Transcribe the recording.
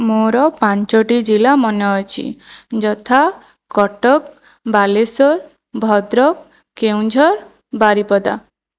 ମୋର ପାଞ୍ଚଟି ଜିଲ୍ଲା ମନେ ଅଛି ଯଥା କଟକ ବାଲେଶ୍ଵର ଭଦ୍ରକ କେଉଁଝର ବାରିପଦା